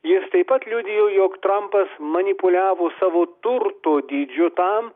jis taip pat liudijo jog trampas manipuliavo savo turto dydžiu tam